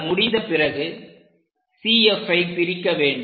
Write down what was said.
அது முடிந்த பிறகு CFஐ பிரிக்க வேண்டும்